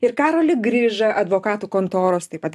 ir karolį grižą advokatų kontoros taip pat